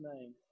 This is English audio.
name